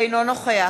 אינו נוכח